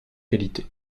qualité